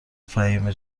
فهیمه